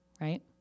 right